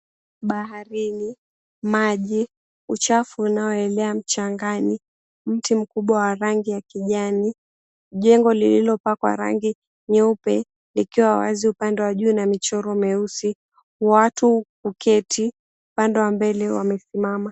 Baharini, maji, uchafu unaoelea mchangani, mti mkubwa wa rangi ya kijani, jengo lililopakwa rangi nyeupe likiwa wazi upande wa juu na michoro meusi. Watu kuketi, upande wa mbele wamesimama.